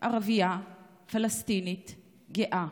ערבייה-פלסטינית גאה.